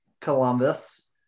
Columbus